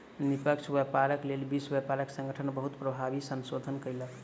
निष्पक्ष व्यापारक लेल विश्व व्यापार संगठन बहुत प्रभावी संशोधन कयलक